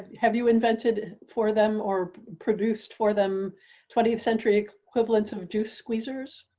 have you invented for them or produced for them twentieth century equivalent of juice squeezer.